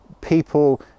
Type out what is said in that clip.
people